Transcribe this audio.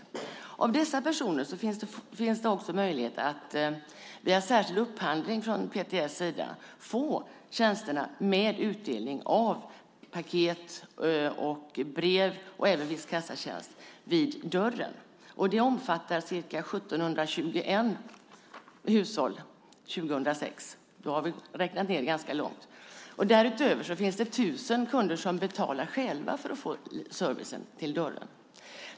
När det gäller dessa personer finns en möjlighet att genom en särskild upphandling från PTS sida få tjänsterna med utdelning av paket, brev och även viss kassatjänst vid dörren. Det omfattar 1 721 hushåll 2006. Då har vi räknat ned det ganska långt. Därutöver finns det 1 000 kunder som själva betalar för att få servicen till dörren.